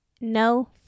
no